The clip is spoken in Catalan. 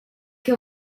que